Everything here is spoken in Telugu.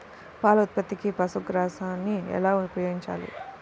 పాల ఉత్పత్తికి పశుగ్రాసాన్ని ఎలా ఉపయోగించాలి?